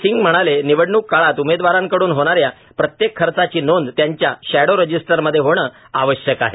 सिंग म्हणाले निवडणूक काळात उमेदवारांकडून होणाऱ्या प्रत्येक खर्चाची नोंद त्यांच्या शॅडो रजिस्टरमध्ये होणे आवश्यक आहे